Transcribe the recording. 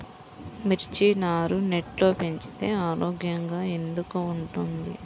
మిర్చి నారు నెట్లో పెంచితే ఆరోగ్యంగా ఎందుకు ఉంటుంది?